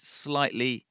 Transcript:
slightly